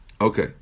Okay